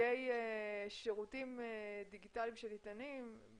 סוגי שירותים דיגיטליים שניתנים,